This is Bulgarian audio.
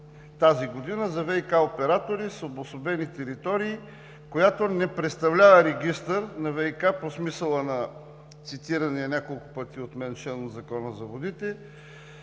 тази година за ВиК оператори с обособени територии, която не представлява регистър на ВиК по смисъла на цитирания няколко пъти от мен член от Закона за водите.